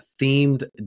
themed